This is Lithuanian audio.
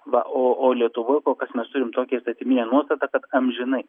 va o o lietuvoj kol kas mes turim tokią įstatyminę nuostatą kad amžinai